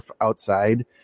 outside